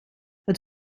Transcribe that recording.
het